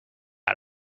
out